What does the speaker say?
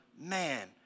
Man